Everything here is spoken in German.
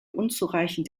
unzureichend